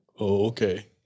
okay